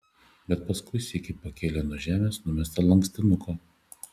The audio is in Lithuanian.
bet paskui sykį pakėlė nuo žemės numestą lankstinuką